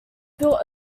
built